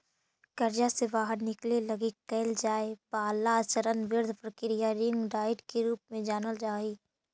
कर्जा से बाहर निकले लगी कैल जाए वाला चरणबद्ध प्रक्रिया रिंग डाइट के रूप में जानल जा हई